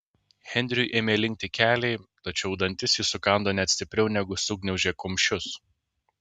henriui ėmė linkti keliai tačiau dantis jis sukando net stipriau negu sugniaužė kumščius